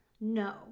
no